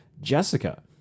Jessica